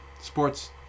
sports